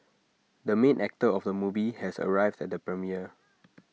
the main actor of the movie has arrived at the premiere